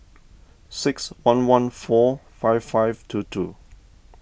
six one one four five five two two